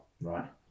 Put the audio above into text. right